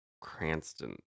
Cranston